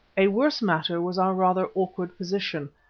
a worse matter was our rather awkward position.